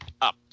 up